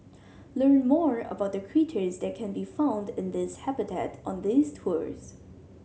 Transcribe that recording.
learn more about the critters that can be found in this habitat on these tours